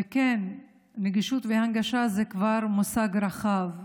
וכן, נגישות והנגשה הם כבר מושג רחב.